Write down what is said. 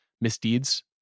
misdeeds